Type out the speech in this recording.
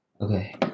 Okay